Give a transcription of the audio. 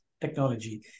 technology